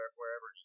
wherever